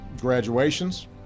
graduations